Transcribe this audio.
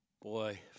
Boy